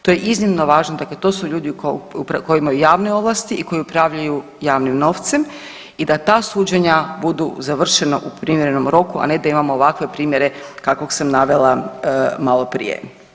To je iznimno važno, dakle to su ljudi koji imaju javne ovlasti i koji upravljaju javnim novcem i da ta suđenja budu završena u primjerenom roku, a ne da imamo ovakve primjere kakvog sam navela malo prije.